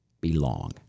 belong